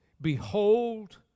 behold